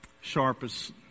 sharpest